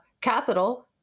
capital